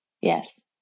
Yes